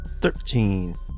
Thirteen